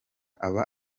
aba